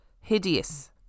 Hideous